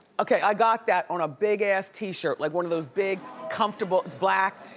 okay i got that on a big ass t-shirt, like one of those big, comfortable, black,